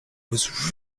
was